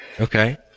Okay